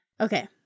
Okay